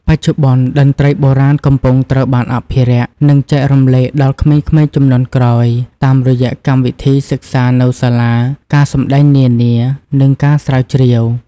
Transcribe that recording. បច្ចុប្បន្ន តន្ត្រីបុរាណកំពុងត្រូវបានអភិរក្ស និងចែករំលែកដល់ក្មេងៗជំនាន់ក្រោយ តាមរយៈកម្មវិធីសិក្សានៅសាលា ការសម្តែងនានា និងការស្រាវជ្រាវ។